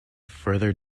further